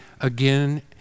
again